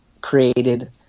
created